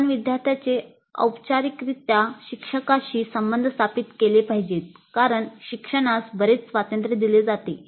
आपण विद्यार्थ्यांचे औपचारिकरित्या शिक्षकांशी संबंध स्थापित केले पाहिजेत कारण शिक्षणास बरेच स्वातंत्र्य दिले जाते